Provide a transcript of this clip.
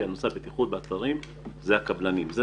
על נושא הבטיחות באתרים זה הקבלנים.